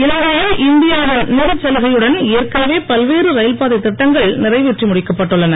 இலங்கையில் இந்தியாவின் நிதிச்சலுகையுடன் ஏற்கனவே பல்வேறு ரயில்பாதை திட்டங்கள் நிறைவேற்றி முடிக்கப்பட்டுள்ளன